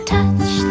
Touch